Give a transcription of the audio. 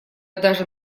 даже